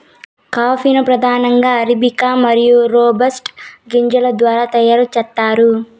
coffee ను ప్రధానంగా arabica మరియు రోబస్టా గింజల ద్వారా తయారు చేత్తారు